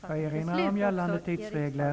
Jag får erinra om gällande tidsregler.